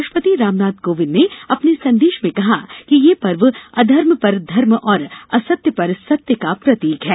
राष्ट्रपति रामनाथ कोविन्द ने अपने संदेश में कहा कि यह पर्व अधर्म पर धर्म और असत्य पर सत्य का प्रतीक है